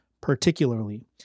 particularly